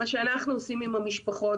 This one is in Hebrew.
מה שאנחנו עושים עם המשפחות,